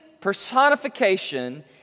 personification